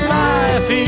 life